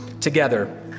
together